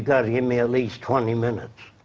got to give me at least twenty minutes.